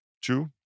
two